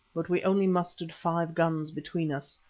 but we only mustered five guns between us,